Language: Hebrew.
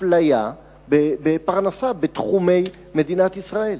אפליה בפרנסה בתחומי מדינת ישראל.